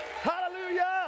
Hallelujah